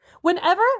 Whenever